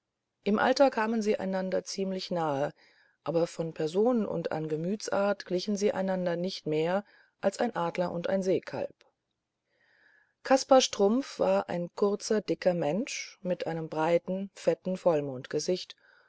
im alter kamen sie einander ziemlich nahe aber von person und an gemütsart glichen sie einander nicht mehr als ein adler und ein seekalb kaspar strumpf war ein kurzer dicker mensch mit einem breiten fetten